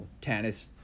tennis